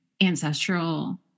ancestral